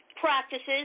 practices